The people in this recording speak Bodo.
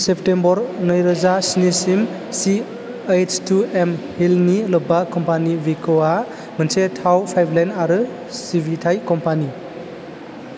सेप्तेम्बर नैरोजा स्नि सिम सि ओइडस टु एम हिलनि लोब्बा कम्पानि भिक'आ मोनसे थाव पाइपलाइन आरो सिबिथाय कम्पानि